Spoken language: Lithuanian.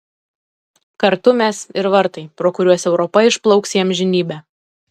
kartu mes ir vartai pro kuriuos europa išplauks į amžinybę